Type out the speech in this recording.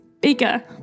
bigger